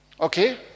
Okay